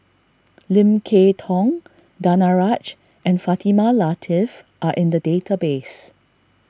Lim Kay Tong Danaraj and Fatimah Lateef are in the database